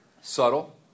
Subtle